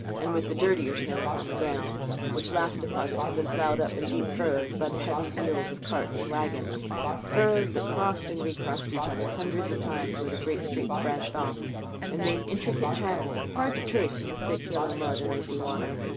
and with the dirtier snow upon the ground which last deposit had been ploughed up in deep furrows by the heavy wheels of carts and waggons furrows that crossed and re-crossed each other hundreds of times where the great streets branched off and made intricate channels, hard to trace in the thick yellow mud and icy water.